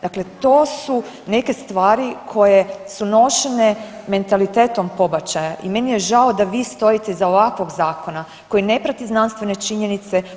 Dakle, to su neke stvari koje su nošene mentalitetom pobačaja i meni je žao da vi stojite iza ovakvog zakona koji ne prati znanstvene činjenice.